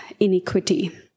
Inequity